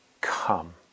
come